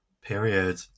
Period